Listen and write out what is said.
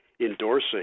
endorsing